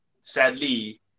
sadly